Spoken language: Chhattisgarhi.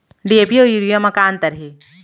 डी.ए.पी अऊ यूरिया म का अंतर हे?